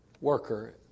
worker